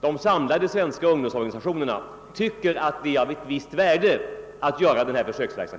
De samlade svenska ungdomsorganisationerna anser det ha värde att detta försök görs,